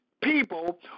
people